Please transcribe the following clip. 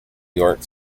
york